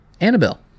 Annabelle